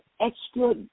extra